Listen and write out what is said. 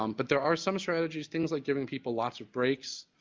um but there are some strategies things like giving people lots of breaks.